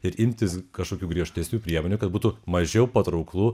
ir imtis kažkokių griežtesnių priemonių kad būtų mažiau patrauklu